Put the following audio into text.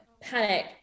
panic